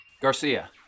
Garcia